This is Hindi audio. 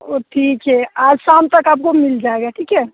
वो ठीक है आज शाम तक आपको मिल जाएगा ठीक है